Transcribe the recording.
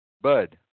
Bud